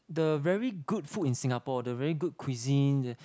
the very good food in Singapore the very good cuisine